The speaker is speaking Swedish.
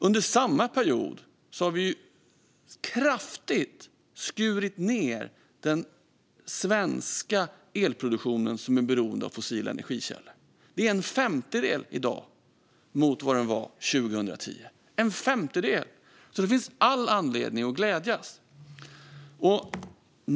Under samma period har vi kraftigt skurit ned den svenska elproduktionen som är beroende av fossila energikällor. Det är en femtedel i dag mot vad det var 2010 - en femtedel! Det finns alltså all anledning att glädjas.